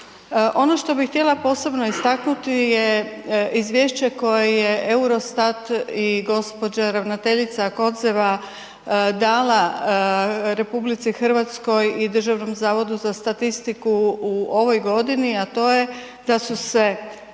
Ono što bi htjela posebno istaknuti je izvješće koje je Eurostat i gospođa ravnateljica Kotzeva dala RH i Državnom zavodu za statistiku u ovoj godini, a to je da su se